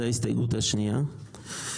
זה ההסתייגות השנייה.